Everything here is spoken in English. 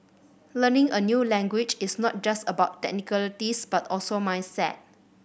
learning a new language is not just about technicalities but also mindset